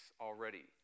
already